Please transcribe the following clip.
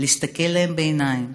להסתכל להם בעיניים,